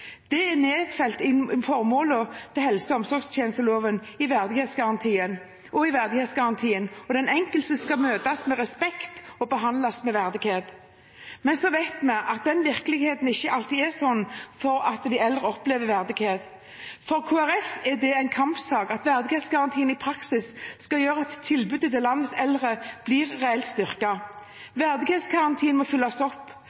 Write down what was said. Det er nedfelt i formålene i helse- og omsorgstjenesteloven og i verdighetsgarantien. Den enkelte skal møtes med respekt og behandles med verdighet. Men vi vet at virkeligheten ikke alltid er slik at de eldre opplever verdighet. For Kristelig Folkeparti er det en kampsak at verdighetsgarantien i praksis skal gjøre at tilbudet til landets eldre blir reelt styrket. Verdighetsgarantien må følges opp.